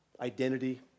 identity